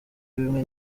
bimwe